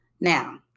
now